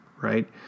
right